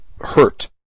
hurt